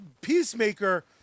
Peacemaker